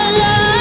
love